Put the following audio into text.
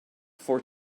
for